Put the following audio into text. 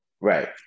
Right